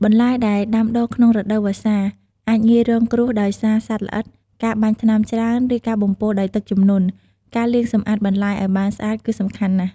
បន្លែដែលដាំដុះក្នុងរដូវវស្សា អាចងាយរងគ្រោះដោយសារសត្វល្អិត ការបាញ់ថ្នាំច្រើន ឬការបំពុលដោយទឹកជំនន់ ការលាងសម្អាតបន្លែឱ្យបានស្អាតគឺសំខាន់ណាស់។